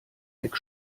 deck